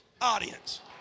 audience